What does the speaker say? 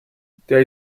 der